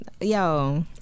yo